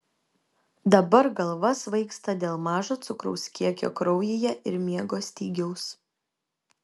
dabar galva svaigsta dėl mažo cukraus kiekio kraujyje ir miego stygiaus